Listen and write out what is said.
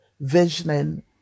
visioning